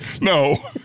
No